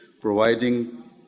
providing